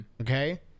okay